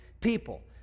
people